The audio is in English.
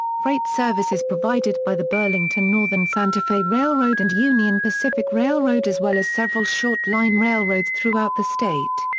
freight service is provided by the burlington northern santa fe railroad and union pacific railroad as well as several short line railroads throughout the state.